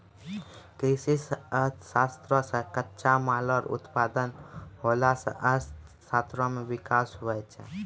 कृषि अर्थशास्त्र से कच्चे माल रो उत्पादन होला से अर्थशास्त्र मे विकास हुवै छै